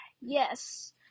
yes